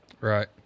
Right